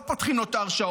לא פותחים לו את ההרשאות,